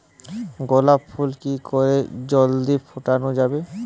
গোলাপ ফুল কি করে জলদি ফোটানো যাবে?